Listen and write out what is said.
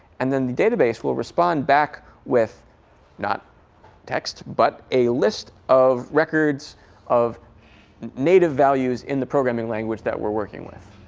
and then the database will respond back with not text, but a list of records of native values in the programming language that we're working with.